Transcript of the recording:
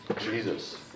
Jesus